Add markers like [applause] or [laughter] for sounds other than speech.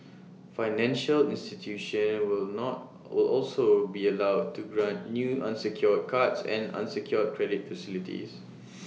financial institutions will not will also be allowed to grant new unsecured cards and unsecured credit facilities [noise]